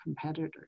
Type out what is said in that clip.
competitors